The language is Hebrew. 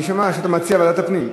אני שומע שאתה מציע ועדת הפנים.